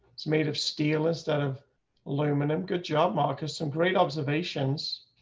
it's made of steel is out of aluminum. good job. mark has some great observations.